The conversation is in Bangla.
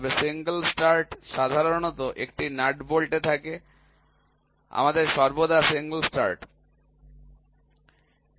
এবং সিঙ্গেল স্টার্ট সাধারণত একটি নাট বোল্টে থাকে আমাদের সর্বদা সিঙ্গেল স্টার্ট থাকে